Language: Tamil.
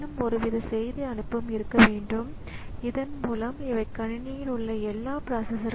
எனவே அது குறிப்பிட்ட இடத்தை அடைய முடியவில்லை அல்லது டிஸ்க் கணினியில் சொருகப்படாமல் இருக்கலாம்